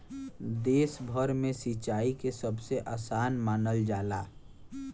देश भर में सिंचाई के सबसे आसान मानल जाला